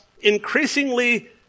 increasingly